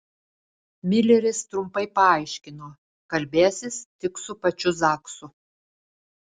mileris trumpai paaiškino kalbėsis tik su pačiu zaksu